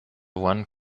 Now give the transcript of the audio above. one